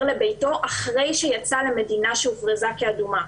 לביתו אחרי שיצא למדינה שהוכרזה כאדומה.